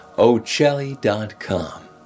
OCelli.com